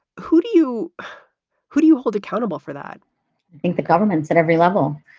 who do you who do you hold accountable for that? i think the governments at every level,